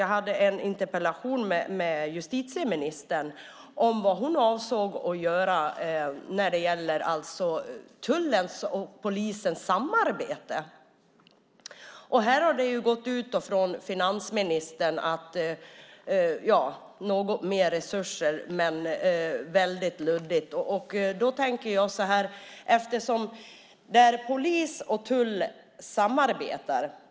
Jag hade en interpellationsdebatt med justitieministern om vad hon avsåg att göra när det gäller tullens och polisens samarbete. Det har gått ut från finansministern att det ska bli något mer resurser, men väldigt luddigt. Då tänker jag så här: Polis och tull samarbetar.